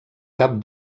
cap